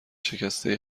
شکسته